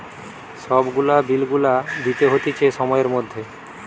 সব গুলা বিল গুলা দিতে হতিছে সময়ের মধ্যে